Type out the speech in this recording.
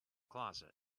closet